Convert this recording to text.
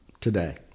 today